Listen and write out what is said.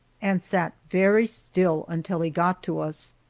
and sat very still until he got to us,